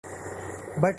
but